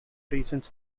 reasons